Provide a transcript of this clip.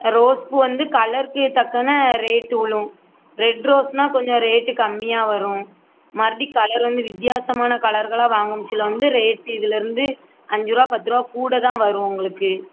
rose பூ வந்து கலர்க்கு தக்கன ரேட்டு விழும் ரெட் ரோஸ்ன்னா கொஞ்சம் ரேட்டு கம்மியாக வரும் மறுபடி கலர் வந்து வித்யாசமான கலர்களாக வாங்கினுச்சில வந்து ரேட்டு இதில் இருந்து அஞ்சுருவா பத்துரூவா கூட தான் வரும் உங்களுக்கு